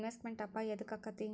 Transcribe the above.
Investment ಅಪಾಯಾ ಯದಕ ಅಕ್ಕೇತಿ?